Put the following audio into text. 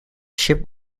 ship